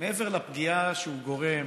מעבר לפגיעה שהוא גורם